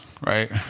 right